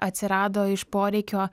atsirado iš poreikio